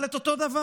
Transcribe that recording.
אבל זה אותו דבר,